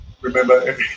Remember